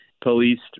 policed